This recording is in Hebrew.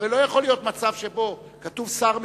הרי לא יכול להיות מצב שבו כתוב שר משיב,